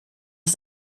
ist